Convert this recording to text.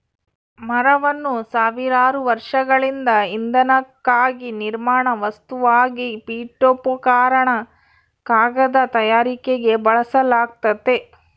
ಮರವನ್ನು ಸಾವಿರಾರು ವರ್ಷಗಳಿಂದ ಇಂಧನಕ್ಕಾಗಿ ನಿರ್ಮಾಣ ವಸ್ತುವಾಗಿ ಪೀಠೋಪಕರಣ ಕಾಗದ ತಯಾರಿಕೆಗೆ ಬಳಸಲಾಗ್ತತೆ